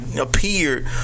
appeared